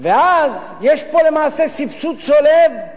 ואז יש פה למעשה סבסוד צולב,